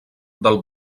del